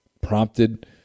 prompted